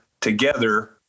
together